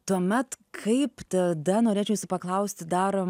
tuomet kaip tada norėčiau jūsų paklausti dar